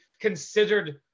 considered